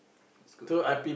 it's good